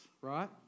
right